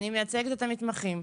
אני מייצגת את המתמחים.